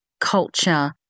culture